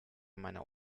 meiner